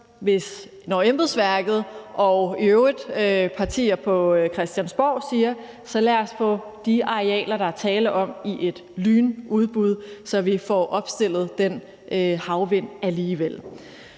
når embedsværket og i øvrigt partier på Christiansborg siger: Så lad os få de arealer, der er tale om, i et lynudbud, så vi får opstillet de havvindmøller alligevel.